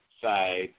side